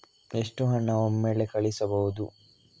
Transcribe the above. ಎಷ್ಟು ಹಣ ಒಮ್ಮೆಲೇ ಕಳುಹಿಸಬಹುದು?